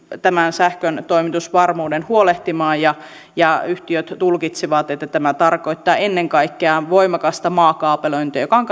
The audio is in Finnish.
sähkön toimitusvarmuudesta huolehtimaan ja ja yhtiöt tulkitsivat että tämä tarkoittaa ennen kaikkea voimakasta maakaapelointia joka on